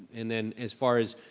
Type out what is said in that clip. and then as far as,